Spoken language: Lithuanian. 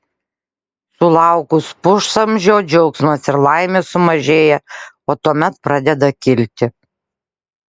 sulaukus pusamžio džiaugsmas ir laimė sumažėja o tuomet pradeda kilti